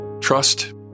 Trust